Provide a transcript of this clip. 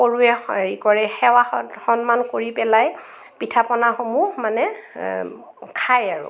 সৰুৱে হেৰি কৰে সেৱা সন সন্মান কৰি পেলাই পিঠা পনাসমূহ মানে খায় আৰু